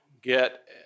get